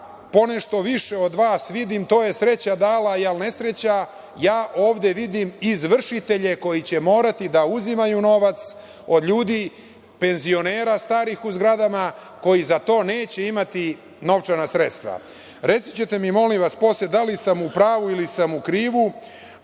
po nešto više od vas vidim to je sreća dala ili nesreća, ja ovde vidim izvršitelje koji će morati uzimaju novac od ljudi penzionera starijih u zgradama koji za to neće imati novčana sredstva. Reći ćete mi molim vas da li sam u pravu ili sam u krivu? Moram